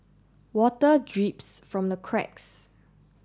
water drips from the cracks